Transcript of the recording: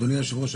אדוני היושב-ראש,